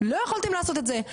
לא יכולתם לעשות את זה,